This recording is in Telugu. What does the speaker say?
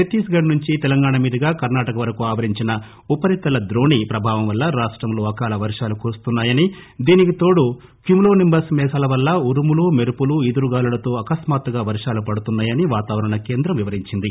ఛత్తీస్ గఢ్ నుంచి తెలంగాణ మీదుగా కర్ణాటక వరకు ఆవరించిన ఉపరితల ద్రోణి ప్రభావం వల్ల రాష్టంలో అకాల వర్షాలు కురుస్తున్నా యని దీనికి తోడు క్యుములో నింబస్ మేఘాల వల్ల ఉరుములు మెరుపులు ఈదురుగాలులతో అకస్మాత్తుగా వర్షాలు పడుతున్నాయని వాతావరణ కేంద్రం వివరించింది